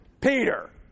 Peter